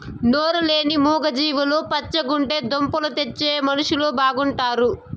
నోరు లేని మూగ జీవాలు పచ్చగుంటే దుంపలు తెచ్చే మనుషులు బాగుంటారు